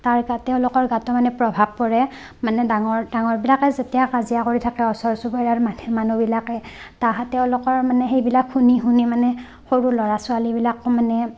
তেওঁলোকৰ গাতো মানে প্ৰভাৱ পৰে মানে ডাঙৰ ডাঙৰবিলাকে যেতিয়া কাজিয়া কৰি থাকে ওচৰ চুবুৰীয়াৰ মানুহবিলাকে তাহাঁতে তেওঁলোকেও মানে সেইবিলাক শুনি শুনি মানে সৰু ল'ৰা ছোৱালীবিলাক মানে